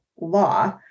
law